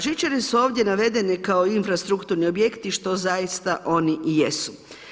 Žičare su ovdje navedene kao infrastrukturni objekti što zaista oni i jesu.